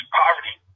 poverty